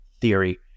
theory